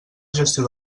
gestió